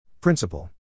principle